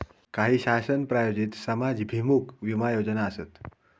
काही शासन प्रायोजित समाजाभिमुख विमा योजना आसत